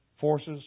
Forces